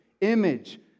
image